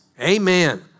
Amen